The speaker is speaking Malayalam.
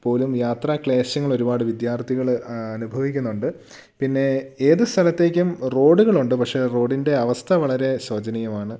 പോലും യാത്ര ക്ലേശങ്ങളൊരുപാട് വിദ്യാർഥികള് അനുഭവിക്കുന്നുണ്ട് പിന്നെ ഏത് സ്ഥലത്തേക്കും റോഡുകളുണ്ട് പക്ഷേ റോഡിൻ്റെ അവസ്ഥ വളരെ ശോചനീയമാണ്